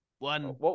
One